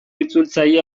itzultzaile